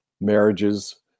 marriages